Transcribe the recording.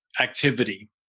activity